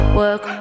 work